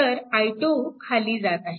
तर i2 खाली जात आहे